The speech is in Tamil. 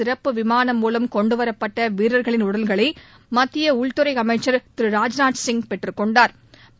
சிறப்பு விமானம் மூலம் கொண்டுவரப்பட்ட வீரர்களின் உடல்களை மத்திய உள்துறை அமைச்சா் திரு ராஜ்நாத் சிங் பெற்றுக்கொண்டாா்